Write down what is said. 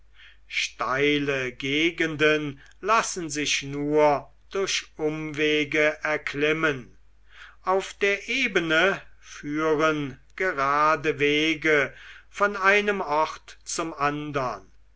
steile gegenden lassen sich nur durch umwege erklimmen auf der ebene führen gerade wege von einem ort zum andern